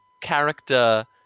character